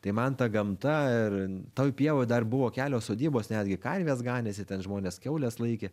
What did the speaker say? tai man ta gamta ir toj pievoj dar buvo kelios sodybos netgi karvės ganėsi ten žmonės kiaules laikė